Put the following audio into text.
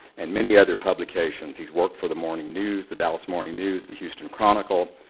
and many other publications. he's worked for the morning news, the dallas morning news, the houston chronicle,